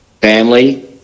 family